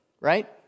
right